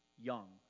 young